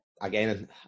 again